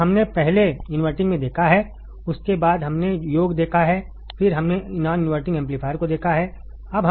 जो हमने पहले इनवर्टिंग में देखा है उसके बाद हमने योग देखा है फिर हमने नॉनवर्टिंग एम्पलीफायर को देखा है